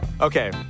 Okay